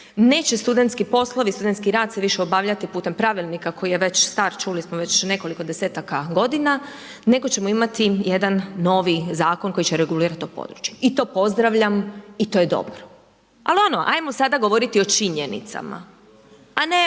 neće studentski poslovi, studentski rad se više obavljati putem pravilnika koji je već star, čuli smo već nekoliko desetaka godina nego ćemo imati jedan novi zakon koji će regulirati to područje. I to pozdravljam i to je dobro. Ali ono, ajmo sada govoriti o činjenicama a ne